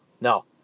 No